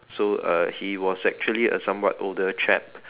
so uh he was actually a somewhat older chap